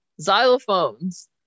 Xylophones